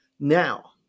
Now